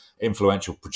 influential